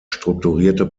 strukturierte